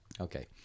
okay